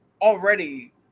already